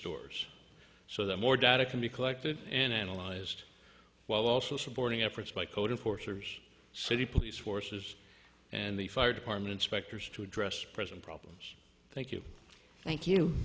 stores so that more data can be collected and analyzed while also supporting efforts by cota forcers city police forces and the fire department inspectors to address present problems thank you thank you